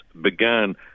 began